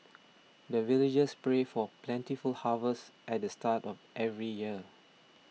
the villagers pray for plentiful harvest at the start of every year